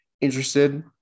interested